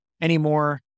anymore